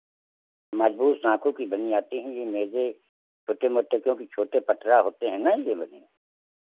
मजबूत सांखू की बनी आती हैं ये मेज़ें छोटे मोटे क्योंकि छोटे पटरा होते हैं न जो हैं लगे